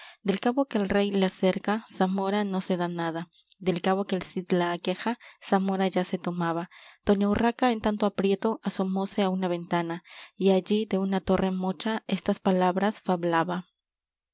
del cabo que el rey la cerca zamora no se da nada del cabo que el cid la aqueja zamora ya se tomaba doña urraca en tanto aprieto asomóse á una ventana y allí de una torre mocha estas palabras